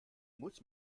muss